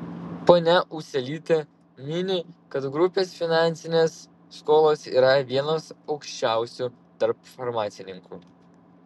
ponia ūselytė mini kad grupės finansinės skolos yra vienos aukščiausių tarp farmacininkų